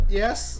yes